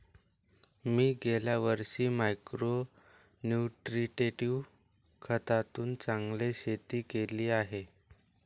मी गेल्या वर्षी micro nutritive खतातून चांगले शेती केली आहे